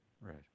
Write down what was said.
right